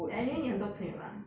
ya anyway 你很多朋友 lah